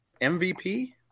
MVP